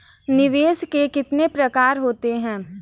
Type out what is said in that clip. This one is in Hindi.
निवेश के कितने प्रकार होते हैं?